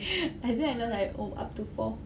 I think I lost like oh up to four